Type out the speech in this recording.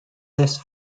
less